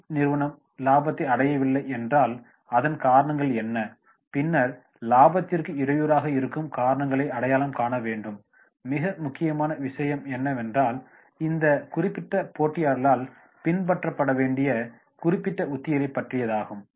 தொழில் நிறுவனம் லாபத்தை அடையவில்லை என்றால் அதன் காரணங்கள் என்ன பின்னர் இலாபத்திற்கு இடையூறாக இருக்கும் காரணங்களை அடையாளம் காணவேண்டும் மிக முக்கியமான விஷயம் என்னவென்றால் இந்த குறிப்பிட்ட போட்டியாளர்களால் பின்பற்றப்பட வேண்டிய குறிப்பிட்ட உத்திகளைப் பற்றியதாகும்